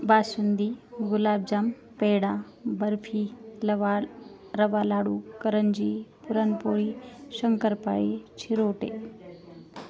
बासुंदी गुलाबजाम पेढा बर्फी लवा रवा लाडू करंजी पुरणपोळी शंकरपाळी चिरोटे